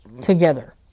together